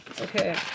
okay